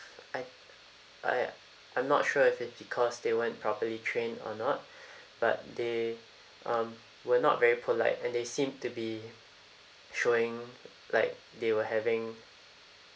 I I I'm not sure if it because they weren't properly trained or not but they um were not very polite and they seemed to be showing like they were having